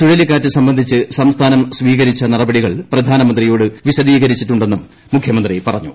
ചുഴലിക്കാറ്റ് സംബന്ധിച്ച് സംസ്ഥാനം സ്വീകരിച്ച നടപടികൾ പ്രധാനമന്ത്രിയോട് വിശദീകരിച്ചിട്ടുണ്ടെന്നും മുഖ്യമന്ത്രി പറഞ്ഞു